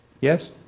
Yes